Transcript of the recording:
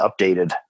updated